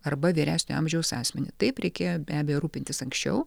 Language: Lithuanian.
arba vyresnio amžiaus asmenį taip reikėjo be abejo rūpintis anksčiau